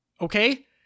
Okay